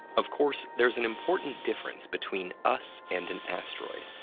of course, there's an important difference between us and an asteroid.